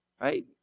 Right